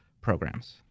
programs